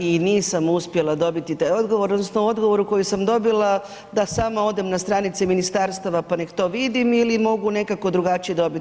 I nisam uspjela dobiti taj odgovor, odnosno odgovor koji sam dobila da sama odem na stranice ministarstava pa neka to vidim ili mogu nekako drugačije dobiti.